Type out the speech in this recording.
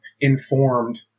informed